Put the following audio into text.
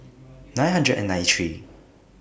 nine hundred and ninety three